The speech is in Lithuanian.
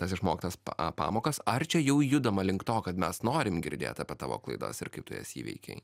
tas išmoktas pamokas ar čia jau judama link to kad mes norim girdėt apie tavo klaidas ir kaip tu jas įveikei